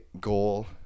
goal